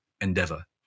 endeavor